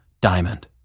diamond